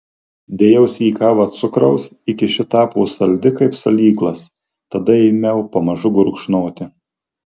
dėjausi į kavą cukraus iki ši tapo saldi kaip salyklas tada ėmiau pamažu gurkšnoti